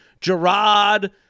Gerard